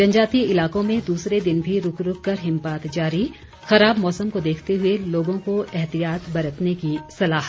जनजातीय इलाकों में दूसरे दिन भी रूक रूक कर हिमपात जारी खराब मौसम को देखते हुए लोगों को एहतियात बरतने की सलाह